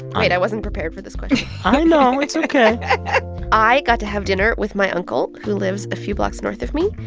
i wasn't prepared for this question i know. it's ok i got to have dinner with my uncle, who lives a few blocks north of me.